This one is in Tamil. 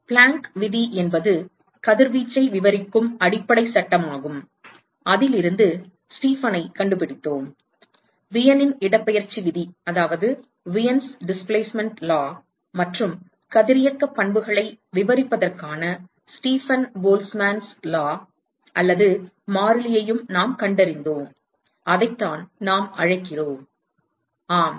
பிளாங்க் விதி என்பது கதிர்வீச்சை விவரிக்கும் அடிப்படைச் சட்டமாகும் அதிலிருந்து ஸ்டீபனைக் கண்டுபிடித்தோம் வீனின் இடப்பெயர்ச்சி விதி Wien's displacement law மற்றும் கதிரியக்க பண்புகளை விவரிப்பதற்கான ஸ்டீபன் போல்ட்ஸ்மேன் சட்டம் Stefan - Boltzmann law மாறிலியையும் நாம் கண்டறிந்தோம் அதைத்தான் நாம் அழைக்கிறோம் ஆம்